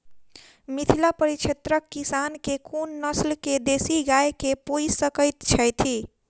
मिथिला परिक्षेत्रक किसान केँ कुन नस्ल केँ देसी गाय केँ पोइस सकैत छैथि?